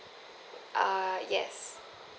err yes